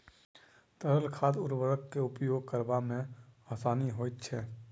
तरल खाद उर्वरक के उपयोग करबा मे आसानी होइत छै